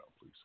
please